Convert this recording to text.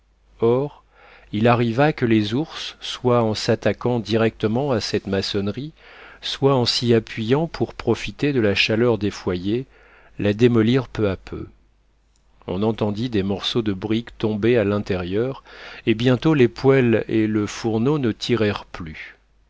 or il arriva que les ours soit en s'attaquant directement à cette maçonnerie soit en s'y appuyant pour profiter de la chaleur des foyers la démolirent peu à peu on entendit des morceaux de briques tomber à l'intérieur et bientôt les poêles et le fourneau ne tirèrent plus